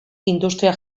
industria